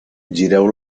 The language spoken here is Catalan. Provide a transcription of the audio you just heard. gireu